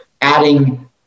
adding